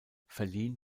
verliehen